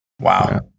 Wow